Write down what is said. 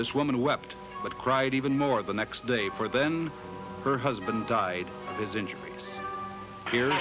this woman wept but cried even more the next day for then her husband died his injuries here